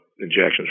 injections